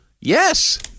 Yes